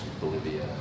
Bolivia